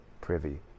privy